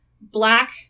Black